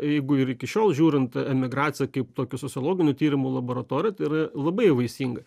jeigu ir iki šiol žiūrint emigracija kaip tokių sociologinių tyrimų laboratorija tai yra labai vaisinga